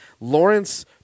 Lawrence